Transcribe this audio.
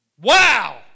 Wow